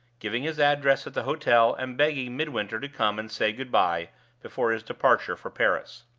giving his address at the hotel, and begging midwinter to come and say good-by before his departure for paris.